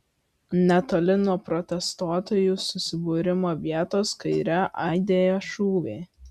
netoli nuo protestuotojų susibūrimo vietos kaire aidėjo šūviai